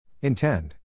Intend